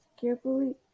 carefully